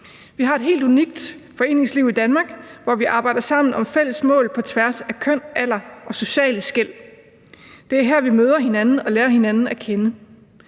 Vi har et helt unikt foreningsliv i Danmark, hvor vi arbejder sammen om fælles mål på tværs af køn, alder og sociale skel. Det er her, vi møder hinanden og lærer hinanden at kende.